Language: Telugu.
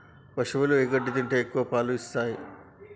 పశువులు ఏ గడ్డి తింటే ఎక్కువ పాలు ఇస్తాయి?